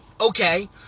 okay